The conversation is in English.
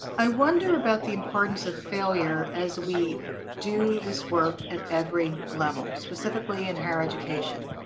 i wonder about the importance of failure as we do this work at every level, specifically in higher education,